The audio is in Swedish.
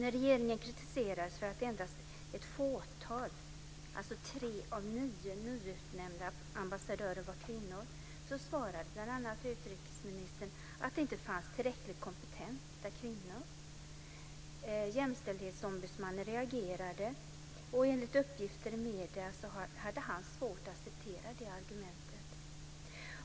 När regeringen kritiserades för att bara ett fåtal, tre av nio, nyutnämnda ambassadörer var kvinnor svarade bl.a. utrikesministern att det inte fanns tillräckligt kompetenta kvinnor. Jämställdhetsombudsmannen reagerade, och enligt uppgifter i medierna hade han svårt att acceptera det argumentet.